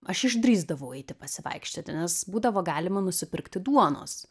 aš išdrįsdavau eiti pasivaikščioti nes būdavo galima nusipirkti duonos